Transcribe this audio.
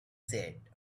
said